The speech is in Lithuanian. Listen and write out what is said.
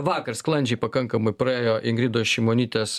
vakar sklandžiai pakankamai praėjo ingridos šimonytės